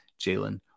Jalen